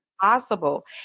possible